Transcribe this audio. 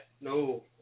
No